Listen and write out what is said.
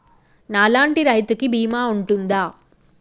నా లాంటి రైతు కి బీమా ఉంటుందా?